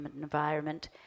environment